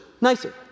nicer